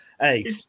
hey